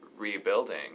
rebuilding